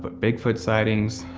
but bigfoot sightings,